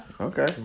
Okay